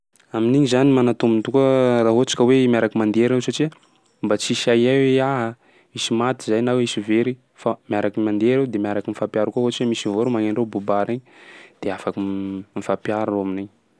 Amin'igny zany magnatombo tokoa raha ohatsy ka miaraky mandeha reo satsia mba tsisy ahiahy hoe aaa hisy maty zahay na hoe hisy very fa miaraky mandeha reo de miaraky mifampiaro koa, ohatsy misy vôro magny andreo bobary regny de afaky mifampiaro 'reo amin'igny.